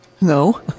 No